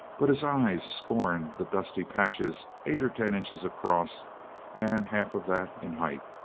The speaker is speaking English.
but his eyes scorned the dusty patches eight or ten inches across and half of that in height,